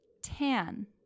tan